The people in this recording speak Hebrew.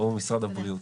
או במשרד הבריאות.